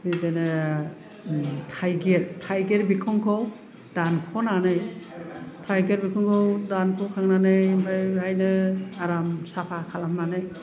बिदिनो थाइगिर बिखुंखौ दानख'नानै थाइगिर बिखुंखौ दानख'खांनानै ओमफ्राय बेहायनो आराम साफा खालामनानै